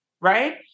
right